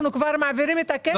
אנחנו כבר מעבירים את הכסף?